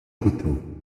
coteau